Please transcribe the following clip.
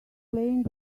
playing